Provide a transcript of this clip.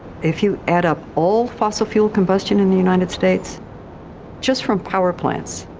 if you add up all fossil fuel combustion in the united states just from power plants,